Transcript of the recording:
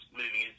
moving